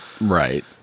Right